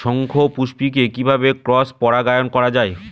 শঙ্খপুষ্পী কে কিভাবে ক্রস পরাগায়ন করা যায়?